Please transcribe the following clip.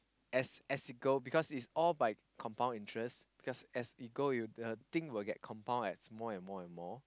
as as it go because it's all by compound interest because as it go it'll the thing will get compound as more and more and more